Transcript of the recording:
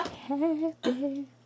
Happy